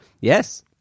Yes